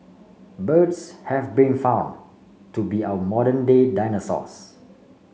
birds have been found to be our modern day dinosaurs